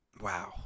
Wow